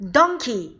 Donkey